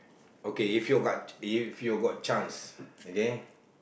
okay if you got chance